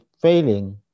failing